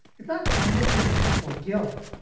it's like innocence or guilt,